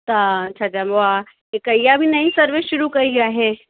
त छा चइबो आहे हिक इहा बि हिकु नयी सर्विस शुरू कयी आहे